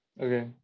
Okay